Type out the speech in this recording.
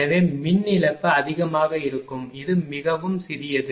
எனவே மின் இழப்பு அதிகமாக இருக்கும் இது மிகவும் சிறியது